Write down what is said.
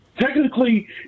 Technically